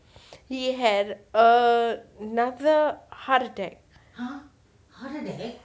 he had another heart attack